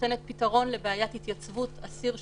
מאוד